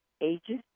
ages